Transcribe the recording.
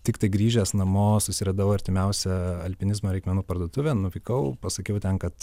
tiktai grįžęs namo susiradau artimiausią alpinizmo reikmenų parduotuvę nuvykau pasakiau ten kad